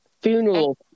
funeral